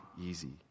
easy